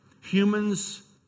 Humans